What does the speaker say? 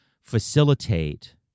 facilitate